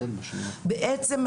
מתוקף חוק,